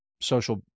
social